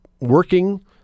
working